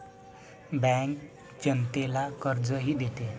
bank जनतेला कर्जही देते